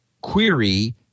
query